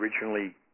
originally